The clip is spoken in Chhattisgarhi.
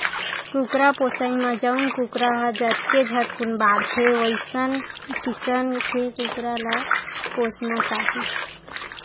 कुकरा पोसइ म जउन कुकरा ह जतके झटकुन बाड़थे वइसन किसम के कुकरा ल पोसना चाही